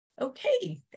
okay